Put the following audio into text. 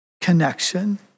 connection